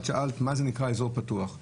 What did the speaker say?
את שאלת מה זה נקרא אזור פתוח,